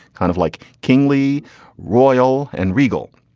kind of like kingly royal and regal.